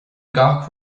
gach